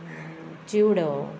चिवडो